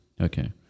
Okay